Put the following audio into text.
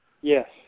Yes